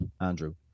Andrew